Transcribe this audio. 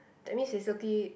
that means is okay